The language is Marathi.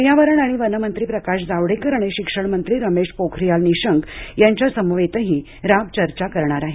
पर्यावरण आणि वनमंत्री प्रकाश जावडेकर आणि शिक्षण मंत्री रमेश पोखरीयाल यांच्यासमवेतही राब चर्चा करणार आहेत